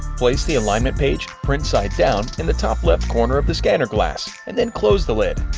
place the alignment page print-side down in the top left corner of the scanner glass, and then close the lid.